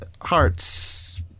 Hearts